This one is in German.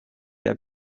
der